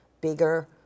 bigger